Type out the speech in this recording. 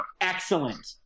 excellent